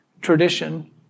tradition